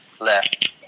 left